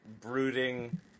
brooding